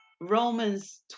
Romans